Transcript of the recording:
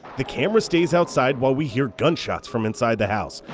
the camera stays outside while we hear gunshots from inside the house.